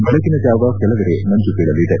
ಬೆಳಗಿನ ಜಾವ ಕೆಲವೆಡೆ ಮಂಜು ಬೀಳಲಿದೆ